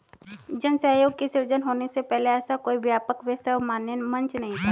जन सहयोग के सृजन होने के पहले ऐसा कोई व्यापक व सर्वमान्य मंच नहीं था